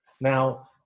Now